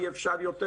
אי-אפשר יותר